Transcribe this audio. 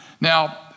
Now